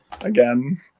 again